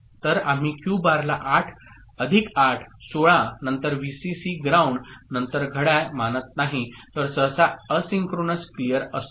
तर आम्ही क्यू बारला 8 प्लस 8 16 नंतर व्हीसीसी ग्राउंड नंतर घड्याळ मानत नाही तर सहसा एसिंक्रोनस क्लियर असतो